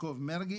יעקב מרגי,